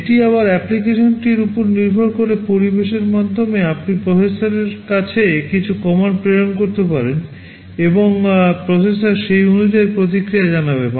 এটি আবার অ্যাপ্লিকেশনটির উপর নির্ভর করে পরিবেশের মাধ্যমে আপনি প্রসেসরের কাছে কিছু কমান্ড প্রেরণ করতে পারেন এবং প্রসেসর সেই অনুযায়ী প্রতিক্রিয়া জানাবে